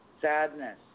Sadness